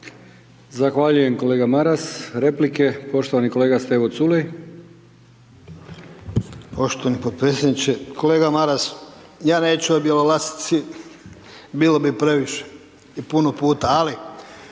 Zahvaljujem kolega Maras. Replike poštovani kolega Stevo Culej. **Culej, Stevo (HDZ)** Poštovani podpredsjedniče, kolega Maras ja neću o Bjelolasici bilo bi previše i puno puta, ali